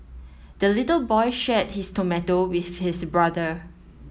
the little boy shared his tomato with his brother